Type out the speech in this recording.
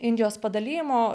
indijos padalijimo